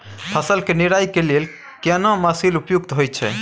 फसल के निराई के लेल केना मसीन उपयुक्त होयत छै?